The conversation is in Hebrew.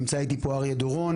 נמצא איתי פה אריה דורון,